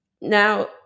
Now